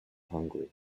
hungry